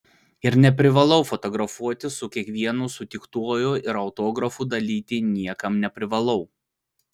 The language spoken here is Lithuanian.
ir neprivalau fotografuotis su kiekvienu sutiktuoju ir autografų dalyti niekam neprivalau